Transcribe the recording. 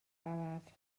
araf